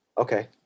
Okay